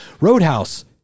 Roadhouse